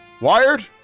Wired